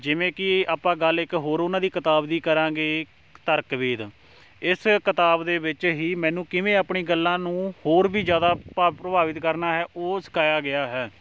ਜਿਵੇਂ ਕਿ ਆਪਾਂ ਗੱਲ ਇੱਕ ਹੋਰ ਉਹਨਾਂ ਦੀ ਕਿਤਾਬ ਦੀ ਕਰਾਂਗੇ ਤਰਕਵੇਦ ਇਸ ਕਿਤਾਬ ਦੇ ਵਿੱਚ ਹੀ ਮੈਨੂੰ ਕਿਵੇਂ ਆਪਣੀ ਗੱਲਾਂ ਨੂੰ ਹੋਰ ਵੀ ਜ਼ਿਆਦਾ ਭਾਵ ਪ੍ਰਭਾਵਿਤ ਕਰਨਾ ਹੈ ਉਹ ਸਿਖਾਇਆ ਗਿਆ ਹੈ